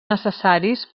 necessaris